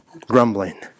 Grumbling